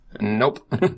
Nope